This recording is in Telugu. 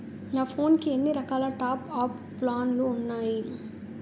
నా ఫోన్ కి ఎన్ని రకాల టాప్ అప్ ప్లాన్లు ఉన్నాయి?